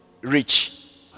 rich